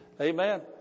Amen